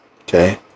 Okay